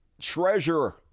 treasure